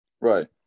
Right